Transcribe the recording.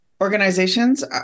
Organizations